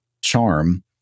charm